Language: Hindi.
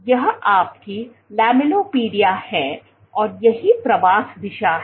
यह आपकी लम्पटिपोडिया है और यही प्रवास दिशा है